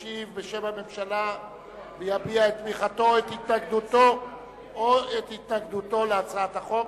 ישיב בשם הממשלה ויביע את תמיכתו או את התנגדותו להצעת החוק,